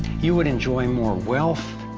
you would enjoy more wealth,